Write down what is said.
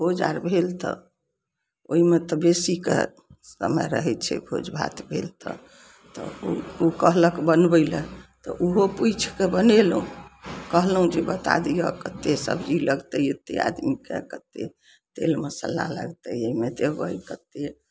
भोज आर भेल तऽ ओइमे तऽ बेसीके समय रहय छै भोजभात भेल तऽ तऽ उ कहलक बनबय लए तऽ उहो पूछिकए बनेलहुँ कहलहुँ जे बता दिअ कते सब्जी लगतय एते आदमीके कते तेल मसल्ला लगतइ अइमे देबय कते